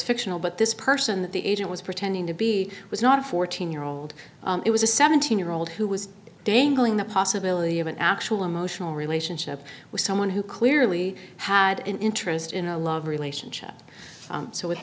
fictional but this person that the agent was pretending to be was not a fourteen year old it was a seventeen year old who was dangling the possibility of an actual emotional relationship with someone who clearly had an interest in a love relationship so wit